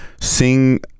sing